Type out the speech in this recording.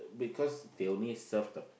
because they only serve the